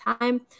time